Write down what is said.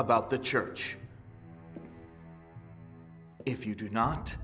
about the church if you do not